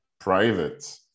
private